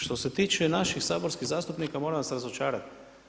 Što se tiče naših saborskih zastupnika moram vas razočarati.